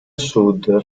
sud